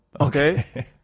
Okay